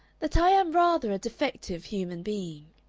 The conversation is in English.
that i am rather a defective human being.